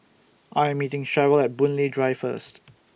I Am meeting Cheryl At Boon Lay Drive First